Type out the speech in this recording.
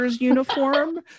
uniform